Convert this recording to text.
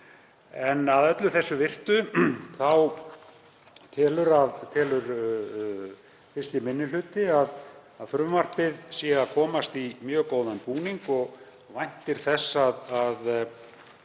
Að öllu þessu virtu telur 1. minni hluti að frumvarpið sé að komast í mjög góðan búning og væntir þess að